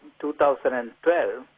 2012